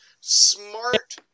smart